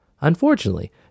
Unfortunately